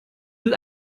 will